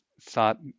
thought